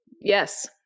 Yes